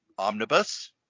omnibus